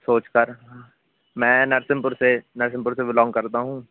सोचकर मैं नरसिम्हपुर से नरसिम्हपुर से बिलाँग करता हूँ